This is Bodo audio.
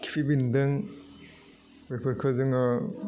खिफि बेन्दों बेफोरखौ जोङो